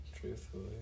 Truthfully